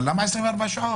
אבל למה תוך 24 שעות?